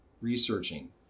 researching